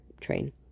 train